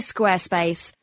Squarespace